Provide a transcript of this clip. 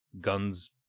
guns